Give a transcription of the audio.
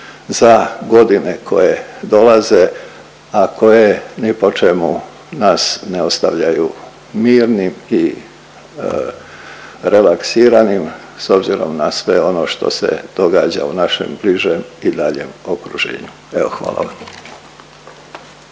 za godine koje dolaze, a koje ni po čemu nas ne ostavljaju mirnim ni relaksiranim s obzirom na sve ono što se događa u našem bližem i daljem okruženju. Evo, hvala vam.